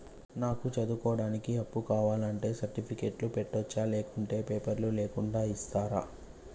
నాకు చదువుకోవడానికి అప్పు కావాలంటే సర్టిఫికెట్లు పెట్టొచ్చా లేకుంటే పేపర్లు లేకుండా ఇస్తరా?